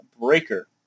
Breaker